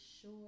sure